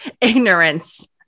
ignorance